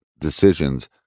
Decisions